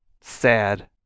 sad